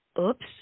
oops